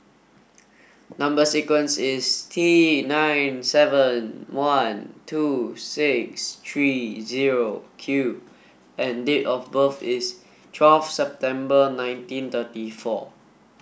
number sequence is T nine seven one two six three zero Q and date of birth is twelve September nineteen thirty four